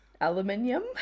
Aluminium